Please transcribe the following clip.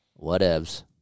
Whatevs